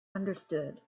understood